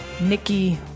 Nikki